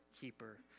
keeper